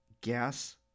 gas